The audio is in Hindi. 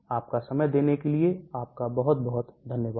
आपका समय देने के लिए आपका बहुत बहुत धन्यवाद